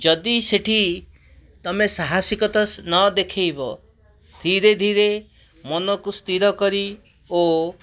ଯଦି ସେଇଠି ତୁମେ ସାହାସିକତା ନ ଦେଖାଇବ ଧିରେ ଧିରେ ମନକୁ ସ୍ଥିର କରି ଓ